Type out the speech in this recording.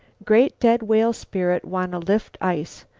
great dead whale spirit wanna lift ice,